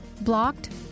Blocked